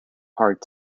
hard